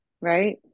right